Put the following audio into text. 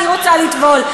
אני רוצה לטבול.